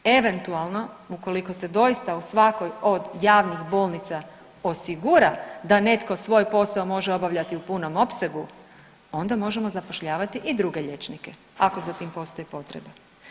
Eventualno ukoliko se doista u svakoj od javnih bolnica osigura da netko svoj posao može obavljati u punom opsegu onda možemo zapošljavati i druge liječnike ako za tim postoji potreba.